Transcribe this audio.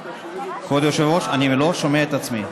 כבוד היושב-ראש, אני לא שומע את עצמי.